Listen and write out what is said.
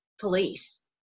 police